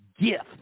gift